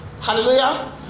Hallelujah